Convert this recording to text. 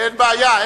אין בעיה.